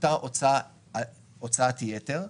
לאותה הוצאת יתר,